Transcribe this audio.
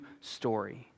story